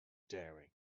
daring